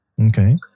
Okay